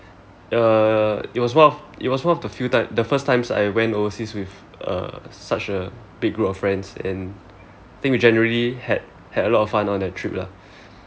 uh it was one of it was one of the few time the first times I went overseas with uh such a big group of friends and think we generally had had a lot of fun on that trip lah